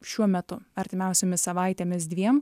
šiuo metu artimiausiomis savaitėmis dviem